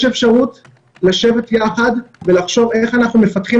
יש אפשרות לשבת יחד ולחשוב איך אנחנו מפתחים